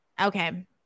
Okay